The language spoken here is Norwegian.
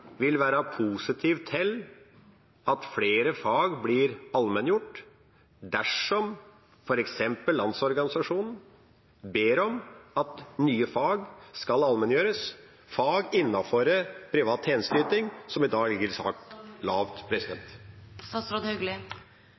vil være positiv til at flere fag blir allmenngjort dersom f.eks. Landsorganisasjonen ber om at nye fag skal allmenngjøres, fag innenfor privat tjenesteyting som i dag ligger